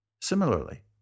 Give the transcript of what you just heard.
Similarly